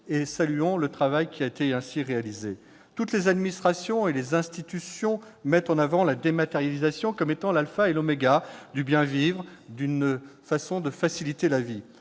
et saluons le travail ainsi réalisé. Toutes les administrations et les institutions mettent en avant la dématérialisation comme étant l'alpha et l'oméga du bien-être, un moyen de faciliter la vie.